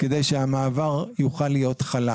כדי שהמעבר יוכל להיות חלק.